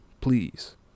Please